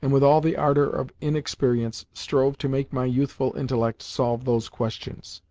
and, with all the ardour of inexperience, strove to make my youthful intellect solve those questions